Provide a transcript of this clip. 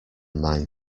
mind